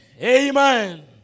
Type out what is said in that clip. amen